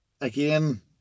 again